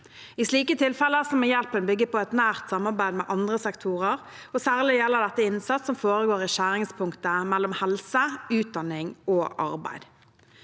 I slike tilfeller må hjelpen bygge på et nært samarbeid med andre sektorer. Særlig gjelder dette innsats som foregår i skjæringspunktet mellom helse, utdanning og arbeid.